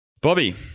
Bobby